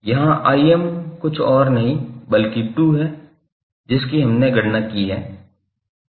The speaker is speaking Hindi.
यहाँ कुछ और नहीं बल्कि 2 है जिसकी हमने गणना की है